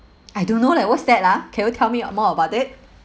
I don't know like what's that lah can you tell me more about it